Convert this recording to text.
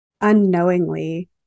unknowingly